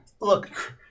Look